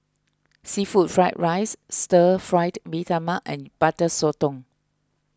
Seafood Fried Rice Stir Fried Mee Tai Mak and Butter Sotong